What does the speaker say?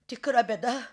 tikra bėda